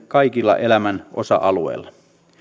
kaikilla elämän osa alueilla